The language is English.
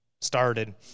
started